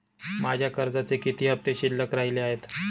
माझ्या कर्जाचे किती हफ्ते शिल्लक राहिले आहेत?